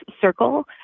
circle